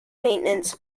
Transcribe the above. maintenance